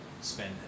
spend